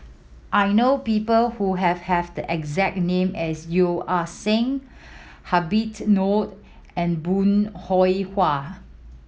I know people who have have the exact name as Yeo Ah Seng Habit Noh and Bong Hiong Hwa